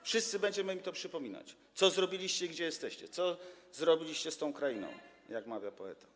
Wszyscy będziemy im przypominać, co zrobiliście, gdzie jesteście, co zrobiliście z tą krainą, jak mawiał poeta.